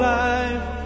life